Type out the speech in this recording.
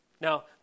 Now